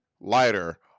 lighter